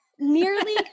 nearly